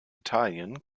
italien